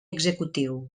executiu